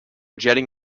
jetting